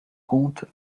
compte